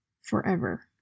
forever